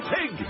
Pig